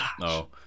No